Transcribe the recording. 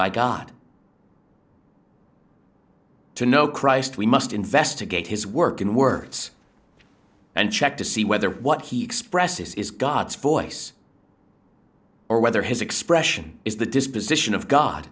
by god to know christ we must investigate his work in words and check to see whether what he expresses is god's voice or whether his expression is the disposition of god